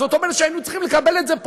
זאת אומרת שהיינו צריכים לקבל את זה,